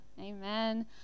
Amen